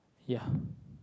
ya